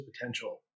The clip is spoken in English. potential